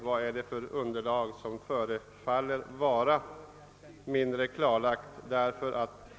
Vad är det för underlag som förefaller vara mindre klarlagt?